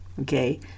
Okay